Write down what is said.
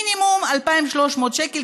מינימום 2,300 שקל,